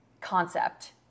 concept